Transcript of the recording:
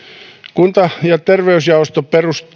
kunta ja terveysjaosto